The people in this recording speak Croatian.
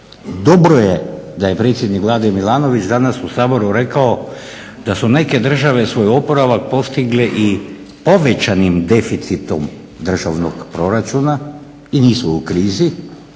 Dobro je da je predsjednik Vlade Milanović danas u Saboru rekao da su neke države svoj oporavak postigle i povećanim deficitom državnog proračuna i nisu u krizi,